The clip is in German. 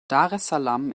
daressalam